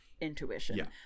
intuition